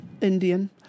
Indian